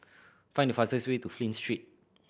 find the fastest way to Flint Street